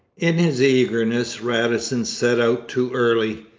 in his eagerness radisson set out too early.